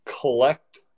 collect